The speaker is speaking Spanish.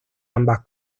ambas